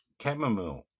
Chamomile